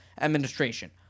administration